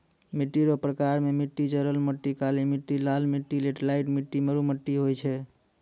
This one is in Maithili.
मिट्टी रो प्रकार मे मट्टी जड़ोल मट्टी, काली मट्टी, लाल मट्टी, लैटराईट मट्टी, मरु मट्टी होय छै